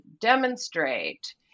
demonstrate